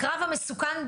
הקרב המסוכן,